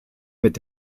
mit